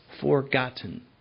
forgotten